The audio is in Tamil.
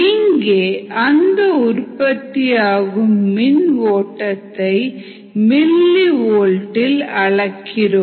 இங்கே அந்த உற்பத்தியாகும் மின் ஓட்டத்தை மில்லி ஓல்ட் இல் அளக்கிறோம்